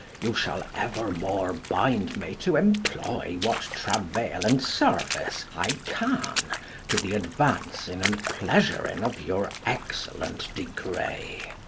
you shall evermore bind me to employ what travail and service i can to the advancing and pleasuring of your excellent degree.